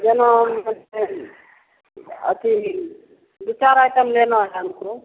जनवरी तक अथी दो चार आइटम लेना है हमको